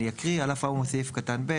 אני אקריא: "על אף האמור בסעיף קטן (ב),